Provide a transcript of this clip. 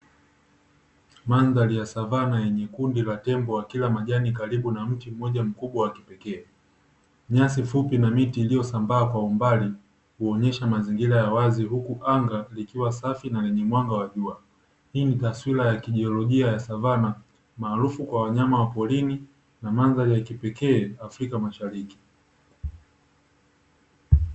Mandhari ya Savana yenye kundi la tembo wakila majani karibu na mti mmoja mkubwa wa kipekee, nyasi fupi na miti iliosambaa kwa umbali huonyesha mazingira ya wazi. Huku anga likiwa safi na lenye mwanga wa jua hii ni taswira ya kijiolojia ya Savana maarufu kwa wanyama wa porini na mandhari ya kipekee Afrika Mashariki.